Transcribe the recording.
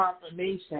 confirmation